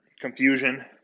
confusion